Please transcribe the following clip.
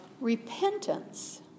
repentance